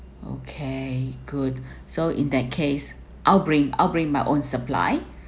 okay good so in that case I'll bring I'll bring my own supply